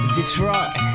Detroit